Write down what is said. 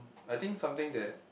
I think something that